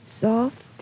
soft